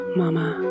mama